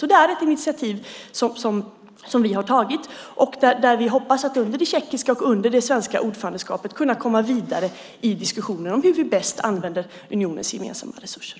Det är alltså ett initiativ som vi har tagit, och vi hoppas att under det tjeckiska och det svenska ordförandeskapet kunna komma vidare i diskussionen om hur vi bäst använder unionens gemensamma resurser.